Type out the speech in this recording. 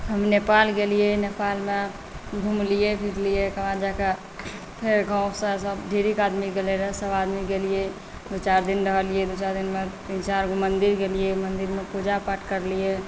हम नेपाल गेलियै नेपालमे घुमलियै फिरलियै ताहि के बाद जा कऽ फेर गाँवसँ सभ ढेरीक आदमी गेलै रहए सभआदमी गेलियै दू चारि दिन रहलियै दू चारि दिनमे तीन चारिगो मन्दिर गेलियै मन्दिरमे पूजापाठ करलियै